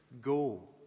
go